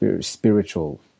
spiritual